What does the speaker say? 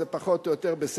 זה פחות או יותר בסדר,